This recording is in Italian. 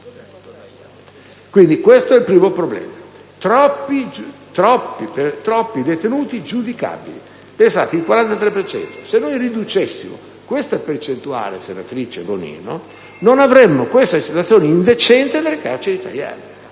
Quindi, questo è il primo problema: troppi detenuti giudicabili. Pensate, sono il 43 per cento; se riducessimo questa percentuale, senatrice Bonino, non avremmo questa situazione indecente nelle carceri italiane.